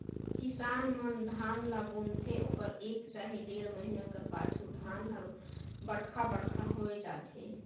किसान मन धान ल बुनथे ओकर एक चहे डेढ़ महिना कर पाछू धान हर बड़खा बड़खा होए जाथे